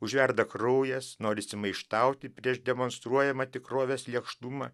užverda kraujas norisi maištauti prieš demonstruojamą tikrovės lėkštumą